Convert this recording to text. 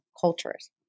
cultures